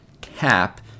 cap